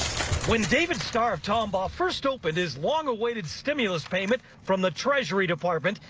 when david star of tomball first opened his long-awaited stimulus payment from the treasury department.